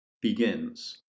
Begins